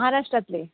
महाराष्ट्रातले